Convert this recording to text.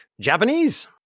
Japanese